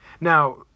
Now